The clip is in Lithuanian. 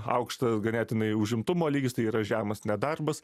aukštas ganėtinai užimtumo lygis tai yra žemas nedarbas